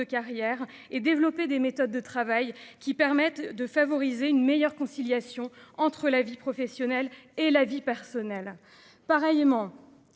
carrière et développer des méthodes de travail qui permettent de favoriser une meilleure conciliation entre la vie professionnelle et la vie personnelle pareillement